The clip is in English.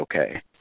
okay